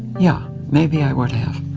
yeah, maybe, i would have.